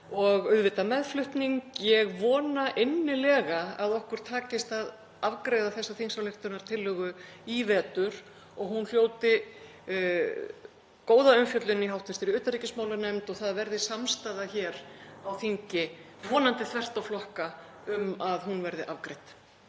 og auðvitað meðflutning. Ég vona innilega að okkur takist að afgreiða þessa þingsályktunartillögu í vetur og hún hljóti góða umfjöllun í hv. utanríkismálanefnd og það verði samstaða hér á þingi, vonandi þvert á flokka, um að hún verði afgreidd.